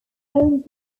owned